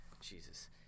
Jesus